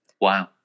Wow